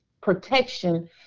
protection